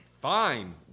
Fine